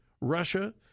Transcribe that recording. Russia